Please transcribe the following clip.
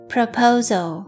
Proposal